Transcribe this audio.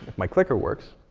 my clicker works.